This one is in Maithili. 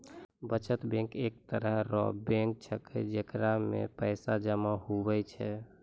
बचत बैंक एक तरह रो बैंक छैकै जेकरा मे पैसा जमा हुवै छै